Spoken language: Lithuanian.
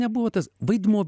nebuvo tas vaidmuo